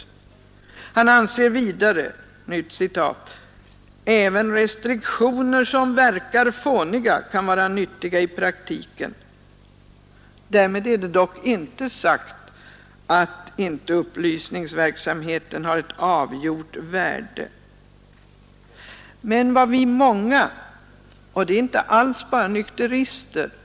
Vidare anser han att ”även restriktioner som verkar fåniga kan vara nyttiga i praktiken”. Men därmed är inte sagt att inte upplysningsverksamheten har ett avgjort värde. Det är många människor som har engagerat sig på den sidan, och inte bara nykterister.